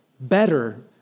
better